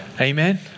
Amen